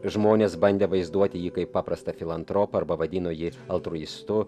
žmonės bandė vaizduoti jį kaip paprastą filantropą arba vadino jį altruistu